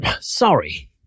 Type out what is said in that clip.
Sorry